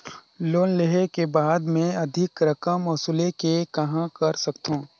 Loan लेहे के बाद मे अधिक रकम वसूले के कहां कर सकथव?